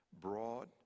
broad